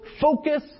focus